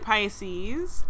Pisces